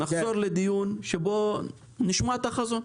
נחזור לדיון שבו נשמע את החזון.